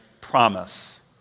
promise